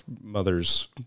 mother's